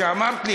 כשאמרת לי,